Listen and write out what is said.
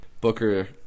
Booker